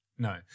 No